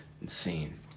insane